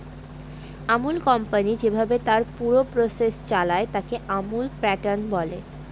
Amul company যেভাবে তার পুরো প্রসেস চালায়, তাকে আমুল প্যাটার্ন বলে